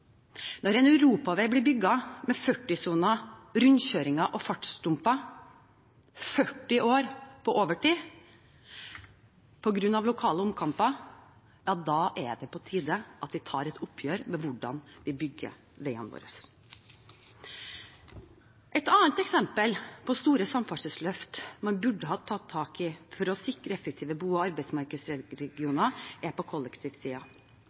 Når en europavei blir bygd med 40-soner, rundkjøringer og fartsdumper 40 år på overtid på grunn av lokale omkamper, ja da er det på tide at vi tar et oppgjør med hvordan vi bygger veiene våre. Et annet eksempel på store samferdselsløft man burde ha tatt tak i for å sikre effektive bo- og arbeidsmarkedsregioner, er på